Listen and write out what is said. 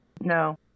no